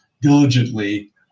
diligently